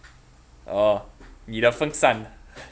oh 你的风扇